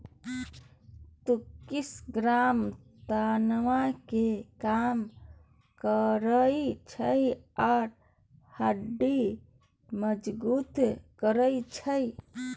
तुर्किश ग्राम तनाब केँ कम करय छै आ हड्डी मजगुत करय छै